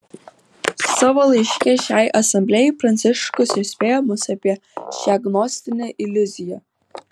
savo laiške šiai asamblėjai pranciškus įspėja mus apie šią gnostinę iliuziją